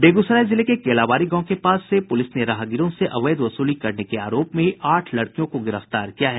बेगूसराय जिले के केलाबाड़ी गांव के पास से पुलिस ने राहगीरों से अवैध वसूली करने के आरोप में आठ लड़कियों से गिरफ्तार किया है